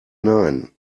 nein